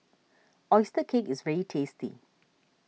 Oyster Cake is very tasty